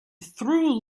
through